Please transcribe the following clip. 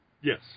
Yes